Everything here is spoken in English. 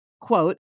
quote